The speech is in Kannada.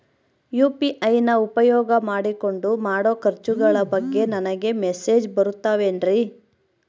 ಯು.ಪಿ.ಐ ನ ಉಪಯೋಗ ಮಾಡಿಕೊಂಡು ಮಾಡೋ ಖರ್ಚುಗಳ ಬಗ್ಗೆ ನನಗೆ ಮೆಸೇಜ್ ಬರುತ್ತಾವೇನ್ರಿ?